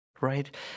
Right